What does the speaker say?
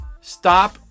Stop